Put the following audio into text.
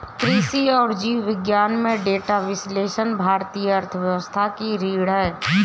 कृषि और जीव विज्ञान में डेटा विश्लेषण भारतीय अर्थव्यवस्था की रीढ़ है